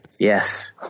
Yes